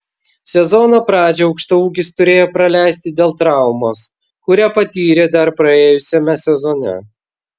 sezono pradžią aukštaūgis turėjo praleisti dėl traumos kurią patyrė dar praėjusiame sezone